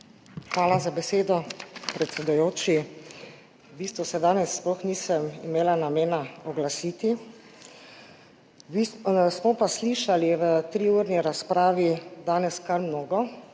Hvala za besedo, predsedujoči. V bistvu se danes sploh nisem imela namena oglasiti, smo pa slišali v triurni razpravi danes kar mnogo.